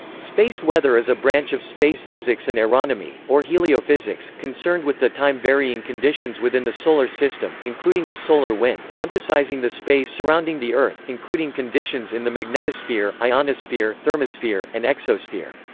space weather is a branch of space physics and aeronomy, or heliophysics, concerned with the time varying conditions within the solar system, including the solar wind, emphasizing the space surrounding the earth, including conditions in the magnetosphere, ionosphere, thermosphere, and exosphere.